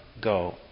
go